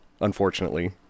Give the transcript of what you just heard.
unfortunately